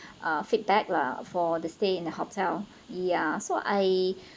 uh feedback lah for the stay in the hotel ya so I